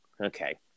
okay